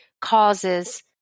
causes